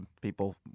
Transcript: people